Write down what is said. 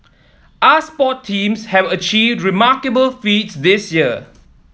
our sport teams have achieved remarkable feats this year